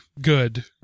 good